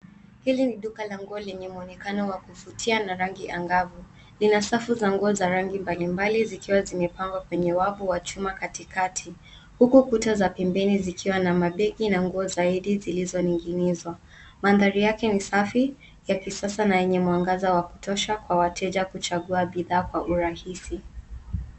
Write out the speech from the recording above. Hili ni duka la nguo lenye muonekano wa kuvutia na rangi angavu. Lina safu za nguo za rangi mbalimbali zikiwa zimepangwa kwenye wavu wa chuma katikati huku kuta za pembeni zikiwa na mabegi na nguo zaidi zilizoning'inizwa. Mandhari yake ni safi, ya kisasa na yanye mwangaza wa kutosha kwa wateja kuchagua bidhaa kwa urahisi.